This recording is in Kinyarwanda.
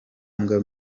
mbwa